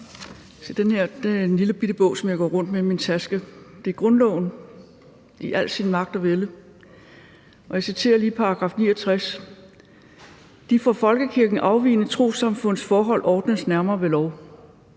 er en lillebitte bog, som jeg går rundt med i min taske, og det er grundloven i al sin magt og vælde, og jeg citerer lige § 69: »De fra folkekirken afvigende trossamfunds forhold ordnes nærmere ved lov.«